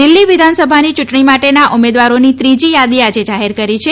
દિલ્હી વિધાનસભાની ચૂંટણી માટેના ઉમેદવારોની ત્રીજી યાદી આજે જાહેર કરી છે